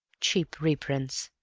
cheap reprints,